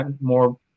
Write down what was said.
more